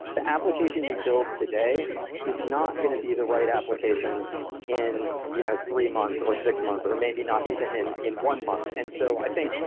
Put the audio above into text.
the application you build today is not going to be the right application in you know three months, or six months, or maybe not even in in one month. and so i think,